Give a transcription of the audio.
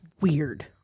Weird